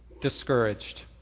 discouraged